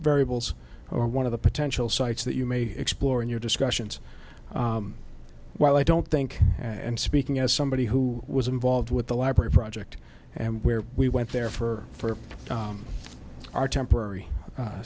variables or one of the potential sites that you may explore in your discussions while i don't think and speaking as somebody who was involved with the library project and where we went there for our temporary